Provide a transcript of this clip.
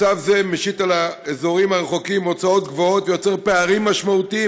מצב זה משית על האזורים הרחוקים הוצאות גבוהות ויוצר פערים משמעותיים,